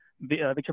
Victor